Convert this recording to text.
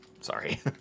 Sorry